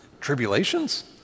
tribulations